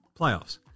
playoffs